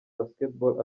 basketball